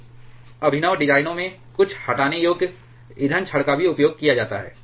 कुछ अभिनव डिजाइनों में कुछ हटाने योग्य ईंधन छड़ का भी उपयोग किया जाता है